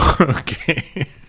Okay